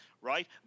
right